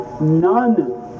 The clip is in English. none